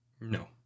No